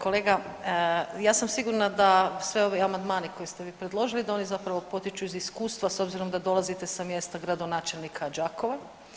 Kolega, ja sam sigurna da svi ovi amandmani koje ste vi predložili da oni zapravo potiču iz iskustva s obzirom da dolazite sa mjesta gradonačelnika Đakova.